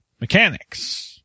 Mechanics